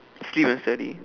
sleep and study